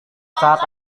saat